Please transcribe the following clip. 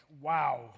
wow